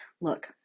Look